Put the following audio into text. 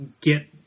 get